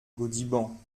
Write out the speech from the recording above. gaudiband